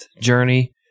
journey